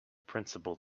principle